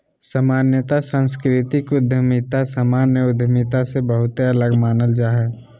सामान्यत सांस्कृतिक उद्यमिता सामान्य उद्यमिता से बहुते अलग मानल जा हय